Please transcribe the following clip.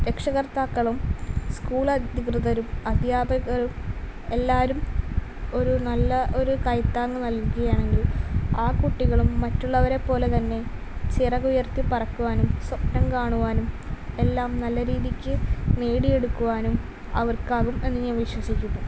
രക്ഷകർത്താക്കളും school അധികൃതരും അദ്ധ്യാപകരും എല്ലാവരും ഒരു നല്ല ഒരു കൈത്താങ് നൽകുകയാണെങ്കിൽ ആ കുട്ടികളും മറ്റുള്ളവരെ പോലെ തന്നെ ചിറക് ഉയർത്തി പറക്കുവാനും സ്വപ്നം കാണുവാനും എല്ലാം നല്ല രീതിയ്ക്ക് നേടി എടുക്കുവാനും അവർക്കാകും എന്ന് ഞാൻ വിശ്വസിക്കുന്നു